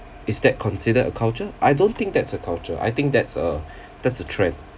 is that considered a culture I don't think that's a culture I think that's a that's a trend